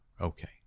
Okay